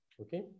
Okay